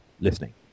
listening